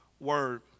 word